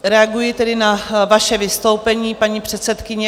Reaguji tedy na vaše vystoupení, paní předsedkyně.